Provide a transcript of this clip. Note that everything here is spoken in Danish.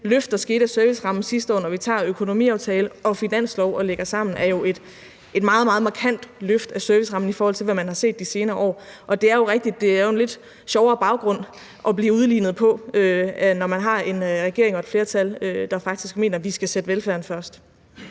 løft, der skete af servicerammen sidste år, når vi lægger økonomiaftale og finanslov sammen, jo er et meget, meget markant løft af servicerammen i forhold til, hvad man har set i de senere år. Det er rigtigt, at det jo er en lidt sjovere baggrund at blive udlignet på, når man har en regering og et flertal, der faktisk mener, at vi skal sætte velfærden først.